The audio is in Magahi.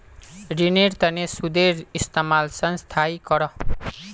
रिनेर तने सुदेर इंतज़ाम संस्थाए करोह